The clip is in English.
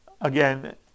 again